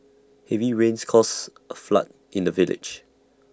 heavy rains caused A flood in the village